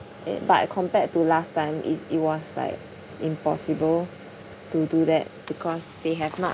it but compared to last time it's it was like impossible to do that because they have not